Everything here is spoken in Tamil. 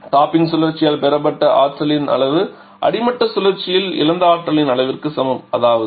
டாப்பிங் சுழற்சியால் பெறப்பட்ட ஆற்றலின் அளவு அடிமட்ட சுழற்சியில் இழந்த ஆற்றலின் அளவிற்கு சமம் அதாவது